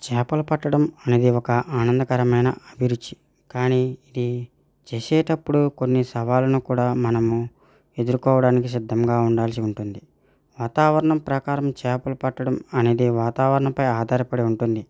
చేపలు పట్టడం అనేది ఒక ఆనందకరమైన అభిరుచి కానీ ఇది చేసేటప్పుడు కొన్ని సవాళ్ళను కూడా మనము ఎదుర్కోవడానికి సిద్ధంగా ఉండాల్సి ఉంటుంది వాతావరణం ప్రకారం చేపలు పట్టడం అనేది వాతావరణంపై ఆధారపడి ఉంటుంది